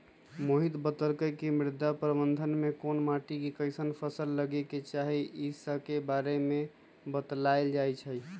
मोहित बतलकई कि मृदा प्रबंधन में कोन माटी में कईसन फसल लगे के चाहि ई स के बारे में बतलाएल जाई छई